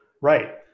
Right